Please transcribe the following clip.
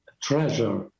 treasure